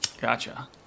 Gotcha